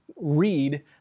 read